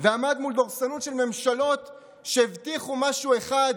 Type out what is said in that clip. ועמד מול דורסנות של ממשלות שהבטיחו משהו אחד